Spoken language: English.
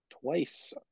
twice